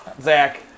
Zach